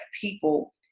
people